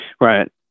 Right